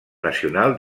nacional